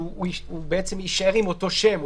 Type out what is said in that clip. שהוא יישאר עם אותו שם,